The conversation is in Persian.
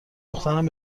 دخترم